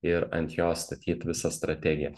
ir ant jo statyt visą strategiją